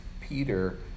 Peter